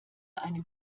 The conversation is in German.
einen